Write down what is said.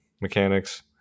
mechanics